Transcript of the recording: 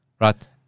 right